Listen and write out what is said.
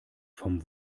vom